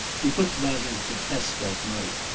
he put the matter to the test that night,